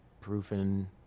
proofing